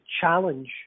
challenge